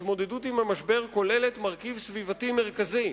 ההתמודדות עם המשבר כוללת מרכיב סביבתי מרכזי,